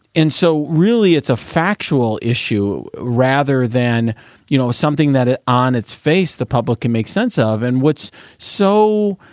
and so really it's a factual issue rather than you know something that is on its face the public can make sense of and what's so